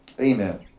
amen